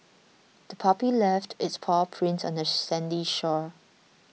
the puppy left its paw prints on the sandy shore